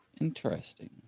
Interesting